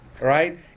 right